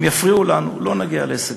אם יפריעו לנו לא נגיע להישגים.